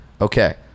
Okay